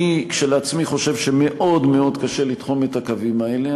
אני כשלעצמי חושב שמאוד מאוד קשה לתחום את הקווים האלה,